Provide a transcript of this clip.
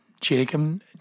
Jacob